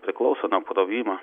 priklauso nuo apkrovimo